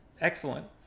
Excellent